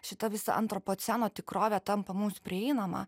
šita visa antropoceno tikrovė tampa mums prieinama